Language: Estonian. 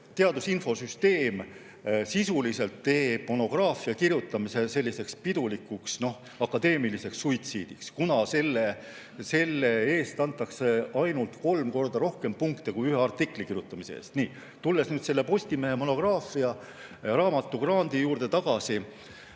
teadusinfosüsteem sisuliselt teeb monograafia kirjutamise selliseks pidulikuks akadeemiliseks suitsiidiks, kuna selle eest antakse ainult kolm korda rohkem punkte kui ühe artikli kirjutamise eest. Tulles nüüd selle Postimehe monograafia- ehk raamatugrandi juurde tagasi: